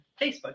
Facebook